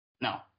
no